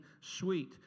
sweet